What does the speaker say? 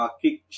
kick